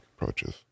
approaches